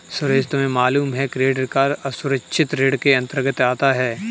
सुरेश तुम्हें मालूम है क्रेडिट कार्ड असुरक्षित ऋण के अंतर्गत आता है